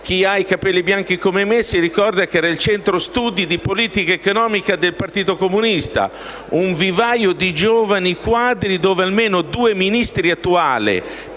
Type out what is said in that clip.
chi ha i capelli bianchi come me ricorda che era il centro studi di politica economica del Partito comunista. Un vivaio di giovani quadri dove almeno due ministri attuali